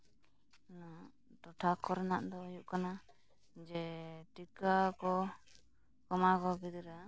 ᱴᱚᱴᱷᱟ ᱠᱚᱨᱮᱱᱟᱜ ᱫᱚ ᱦᱩᱭᱩᱜ ᱠᱟᱱᱟ ᱡᱮ ᱴᱤᱠᱟᱹ ᱠᱚ ᱮᱢᱟ ᱠᱚᱣᱟ ᱜᱤᱫᱽᱨᱟᱹ